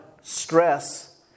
stress